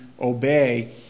obey